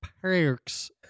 Perks